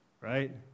Right